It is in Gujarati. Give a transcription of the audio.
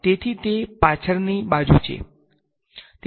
તેથી તે પાછળની બાજુ છે